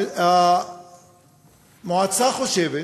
המועצה חושבת